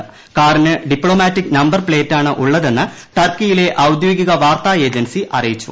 car കാറിന് diplomatic number പ്ലേറ്റാണ് ഉള്ളതെന്ന് ടർക്കിയിലെ ഔദ്യോഗികാ വാർത്താഏജൻസി അറിയിച്ചു